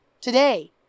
today